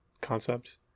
concepts